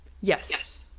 yes